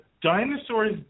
dinosaurs